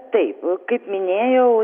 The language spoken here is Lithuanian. taip kaip minėjau